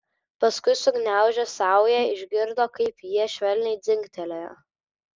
paskui sugniaužė saują išgirdo kaip jie švelniai dzingtelėjo